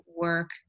work